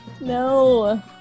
No